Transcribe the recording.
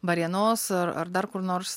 varėnos ar ar dar kur nors